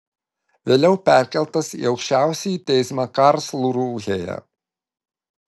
vėliau perkeltas į aukščiausiąjį teismą karlsrūhėje